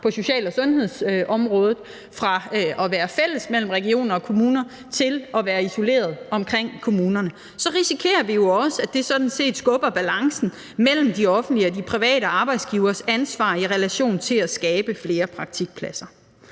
på social- og sundhedsområdet fra at være fælles mellem regioner og kommuner til at være isolere hos kommunerne. Vi risikerer jo også, at det sådan set skubber balancen mellem de offentlige og de private arbejdsgiveres ansvar i relation til at skabe flere praktikpladser.